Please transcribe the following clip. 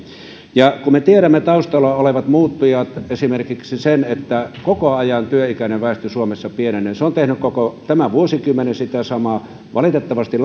ja kun me tiedämme taustalla olevat muuttujat esimerkiksi sen että koko ajan työikäinen väestö suomessa pienenee se on tehnyt koko tämän vuosikymmenen sitä samaa valitettavasti